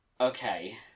Okay